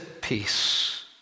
Peace